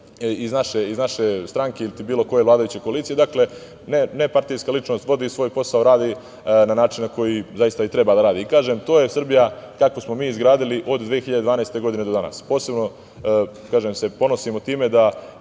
iz naše stranke ili bilo koje vladajuće koalicije. Dakle, nepartijska ličnost, vodi svoj posao, radi na način na koji zaista i treba da radi. To je Srbija kakvu smo mi izgradili od 2012. godine do danas. Posebno se ponosimo tim da